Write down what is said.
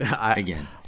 again